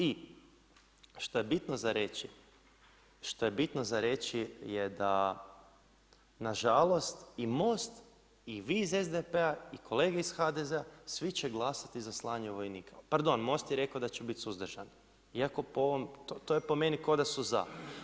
I šta je bitno za reći, šta je bitno za reći je da nažalost i MOST i vi iz SDP-a i kolege iz HDZ-a svi će glasati za slanje vojnika, pardon, MOST je rekao da će biti suzdržan iako po ovom, to je po meni kao da su za.